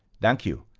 thank you!